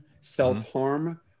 self-harm